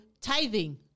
tithing